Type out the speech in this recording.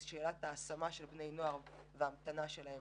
היא שאלת ההשמה של בני נוער וההמתנה שלהם